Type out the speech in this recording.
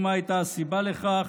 מה הייתה הסיבה לכך?